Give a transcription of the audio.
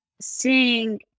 Seeing